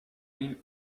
این